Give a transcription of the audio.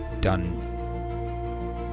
done